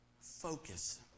focus